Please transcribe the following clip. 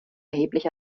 erheblich